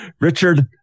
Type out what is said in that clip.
Richard